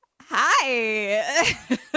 hi